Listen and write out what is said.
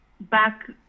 back